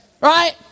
Right